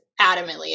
adamantly